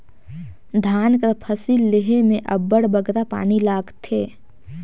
धान कर फसिल लेहे में अब्बड़ बगरा पानी लागथे